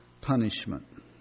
punishment